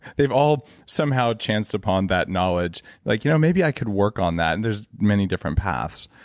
they've all somehow chanced upon that knowledge like, you know maybe i could work on that, and there's many different paths.